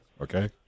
okay